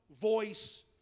voice